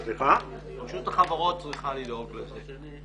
רשות החברות צריכה לדאוג לזה.